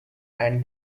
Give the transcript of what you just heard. and